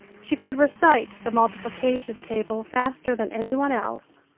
she could recite the multiplication table faster than any one else,